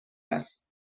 است